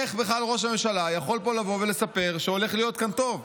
איך בכלל ראש הממשלה יכול פה לבוא ולספר שהולך להיות כאן טוב?